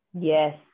Yes